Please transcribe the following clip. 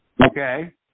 Okay